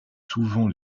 souvent